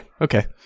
okay